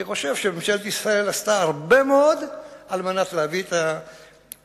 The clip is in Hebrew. אני חושב שממשלת ישראל עשתה הרבה מאוד על מנת להביא את הפלסטינים